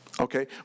okay